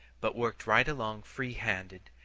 but worked right along free-handed,